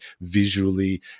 visually